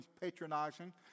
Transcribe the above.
patronizing